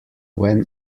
when